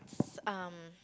um